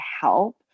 help